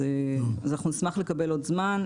אז אנחנו נשמח לקבל עוד זמן,